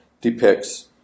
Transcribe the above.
depicts